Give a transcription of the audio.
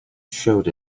showed